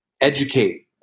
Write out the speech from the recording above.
educate